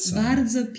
bardzo